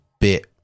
bit